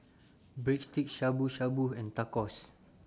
Breadsticks Shabu Shabu and Tacos